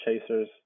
chasers